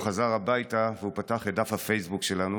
הוא חזר הביתה ופתח את דף הפייסבוק שלו.